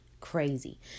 crazy